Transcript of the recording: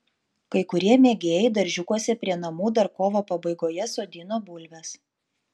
kai kurie mėgėjai daržiukuose prie namų dar kovo pabaigoje sodino bulves